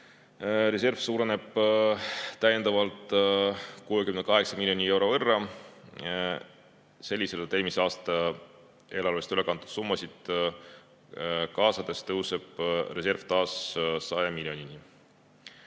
reserv suureneb täiendavalt 68 miljoni euro võrra. Selliselt eelmise aasta eelarvest üle kantud summasid kaasates tõuseb reserv taas 100 miljonini.